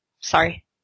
Sorry